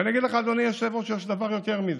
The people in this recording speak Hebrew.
ואני אגיד לך, אדוני היושב-ראש, יש דבר יותר מזה: